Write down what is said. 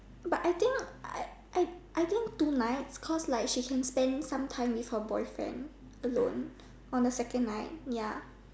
but I think I I I think two nights cause like she can spend some time with her boyfriend alone on the second night ya